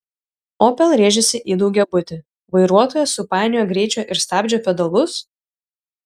opel rėžėsi į daugiabutį vairuotoja supainiojo greičio ir stabdžio pedalus